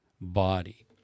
body